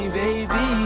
baby